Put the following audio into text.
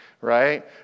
right